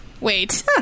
Wait